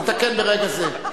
נתקן ברגע זה.